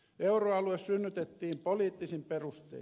euroalue synnytettiin poliittisin perustein